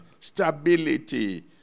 stability